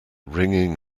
ringing